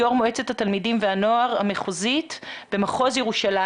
יושבת ראש מועצת התלמידים והנוער המחוזית במחוז ירושלים.